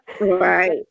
Right